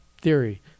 theory